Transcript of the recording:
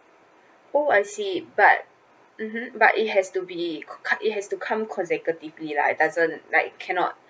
oh I see but mmhmm but it has to be co~ it has to come consecutively lah doesn't like cannot